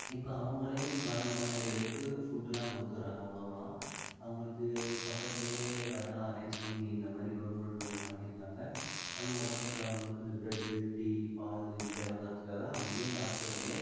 இப்போ அவங்களே வர நோயாளிகளுக்கு ஃபுட்டுலாம் கொடுத்துர்றாங்க உணவுலாம் அவங்களுக்கு பக்கத்துலேயே கடைலாம் அரேஞ்ச் பண்ணி இந்தமாதிரி கவுர்மெண்ட் கொஞ்சம் பண்ணிருக்காங்கள் அதுவும் உடம்பு சரியில்லாதவங்களுக்கு இந்த ப்ரெட்டு டீ பால் இது தேவைங்கிறதுக்காக அங்கேயே ஹாஸ்பிட்டல்ல